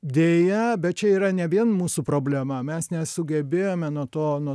deja bet čia yra ne vien mūsų problema mes nesugebėjome nuo to nuo